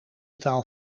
taal